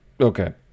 Okay